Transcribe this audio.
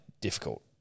Difficult